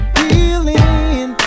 healing